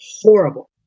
horrible